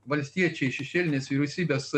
valstiečiai šešėlinės vyriausybės